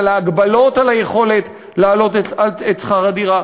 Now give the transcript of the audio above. הגבלות על היכולת להעלות את שכר הדירה.